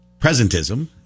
presentism